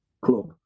Club